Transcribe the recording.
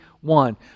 one